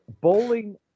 bowling